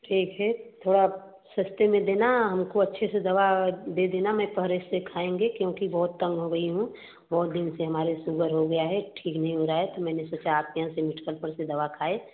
ठीक है थोड़ा सस्ते में देना हमको अच्छे से दवा दे देना मैं पहरेज़ से खाएँगे क्योंकि बहुत तंग हो गई हूँ बहुत दिन से हमारी सुगर हो गया है ठीक नहीं हो रहा है तो मैंने सोचा आपके यहाँ से मेडकल पर से दवा खाएँ